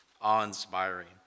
awe-inspiring